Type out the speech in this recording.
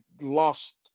lost